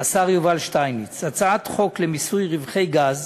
השר יובל שטייניץ, הצעת חוק למיסוי רווחי גז,